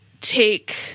take